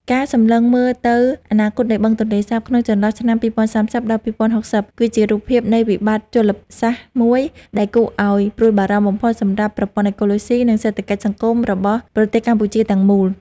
ការសម្លឹងមើលទៅអនាគតនៃបឹងទន្លេសាបក្នុងចន្លោះឆ្នាំ ២០៣០ ដល់ ២០៦០ គឺជារូបភាពនៃវិបត្តិជលសាស្ត្រមួយដែលគួរឱ្យព្រួយបារម្ភបំផុតសម្រាប់ប្រព័ន្ធអេកូឡូស៊ី និងសេដ្ឋកិច្ចសង្គមរបស់ប្រទេសកម្ពុជាទាំងមូល។